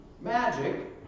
magic